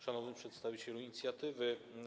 Szanowni Przedstawiciele Inicjatywy!